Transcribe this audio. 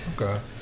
Okay